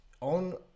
on